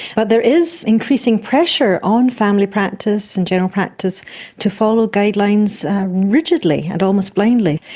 but there is increasing pressure on family practice and general practice to follow guidelines rigidly and almost blindly.